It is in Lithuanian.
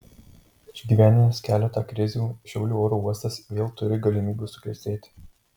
išgyvenęs keletą krizių šiaulių oro uostas vėl turi galimybių suklestėti